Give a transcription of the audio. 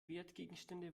wertgegenstände